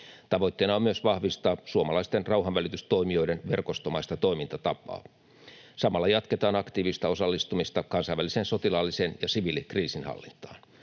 Tavoitteena on myös vahvistaa suomalaisten rauhanvälitystoimijoiden verkostomaista toimintatapaa. Samalla jatketaan aktiivista osallistumista kansainväliseen sotilaalliseen ja siviilikriisinhallintaan.